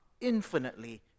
infinitely